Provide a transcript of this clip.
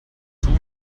tun